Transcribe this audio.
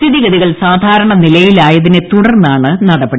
സ്ഥിതിഗതികൾ സാധാരണ നിലയിലായതിനെ തുടർന്നാണ് നടപടി